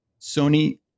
sony